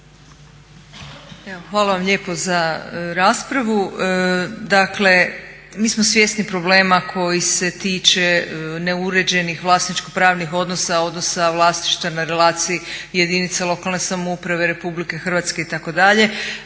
hvala vam lijepo za raspravu. Dakle, mi smo svjesni problema koji se tiče neuređenih vlasničko pravnih odnosa, odnosa vlasništva na relaciji jedinice lokalne samouprave RH itd.